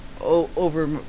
over